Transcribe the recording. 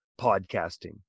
podcasting